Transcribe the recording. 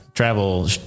travel